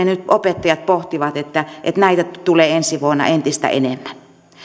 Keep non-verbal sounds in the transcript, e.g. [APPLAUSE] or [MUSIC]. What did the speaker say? [UNINTELLIGIBLE] nyt opettajat pohtivat että näitä asioita tulee ensi vuonna entistä enemmän